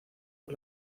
por